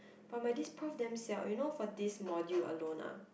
but my this prof damn siao you know for this module alone ah